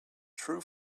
true